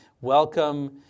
Welcome